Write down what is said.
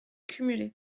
cumulé